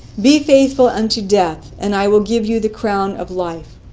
be faithful unto death, and i will give you the crown of life.